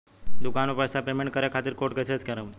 दूकान पर पैसा पेमेंट करे खातिर कोड कैसे स्कैन करेम?